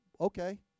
okay